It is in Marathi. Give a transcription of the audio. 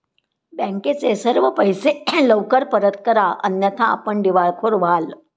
बँकेचे सर्व पैसे लवकर परत करा अन्यथा आपण दिवाळखोर व्हाल